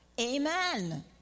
amen